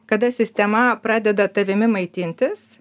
kada sistema pradeda tavimi maitintis